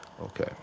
Okay